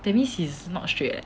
that means he is not straight eh